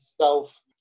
self